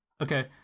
Okay